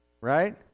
right